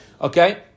Okay